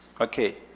okay